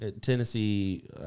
Tennessee –